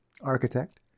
architect